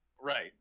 right